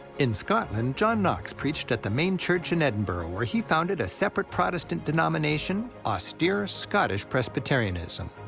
in scotland, john knox preached at the main church in edinburgh, where he founded a separate protestant denomination, austere scottish presbyterianism.